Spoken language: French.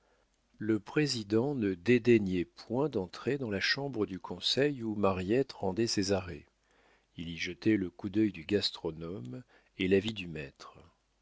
le président ne dédaignait point d'entrer dans la chambre du conseil où mariette rendait ses arrêts il y jetait le coup d'œil du gastronome et l'avis du maître